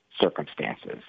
circumstances